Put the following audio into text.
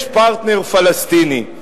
יש פרטנר פלסטיני.